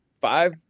five